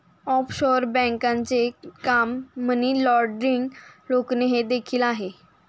offshore बँकांचे काम money laundering रोखणे हे देखील आहे